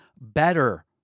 better